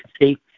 See